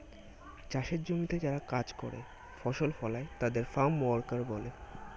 চাষের জমিতে যারা কাজ করে, ফসল ফলায় তাদের ফার্ম ওয়ার্কার বলে